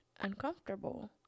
uncomfortable